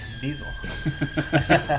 Diesel